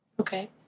Okay